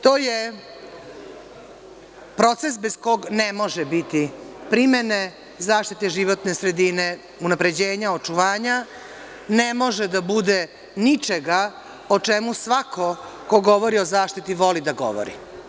To je proces bez kog ne može biti primene zaštite životne sredine, unapređenja očuvanja, ne može da bude ničega o čemu svako ko govori o zaštiti voli da govori.